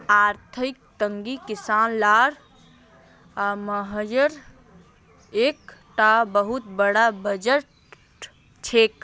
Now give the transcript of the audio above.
आर्थिक तंगी किसान लार आत्म्हात्यार एक टा बहुत बड़ा वजह छे